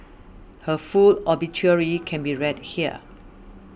her full obituary can be read here